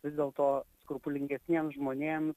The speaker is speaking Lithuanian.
vis dėlto skrupulingesniem žmonėm